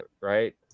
right